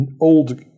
old